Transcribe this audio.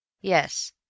Yes